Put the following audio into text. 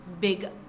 big